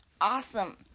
awesome